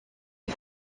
les